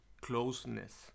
closeness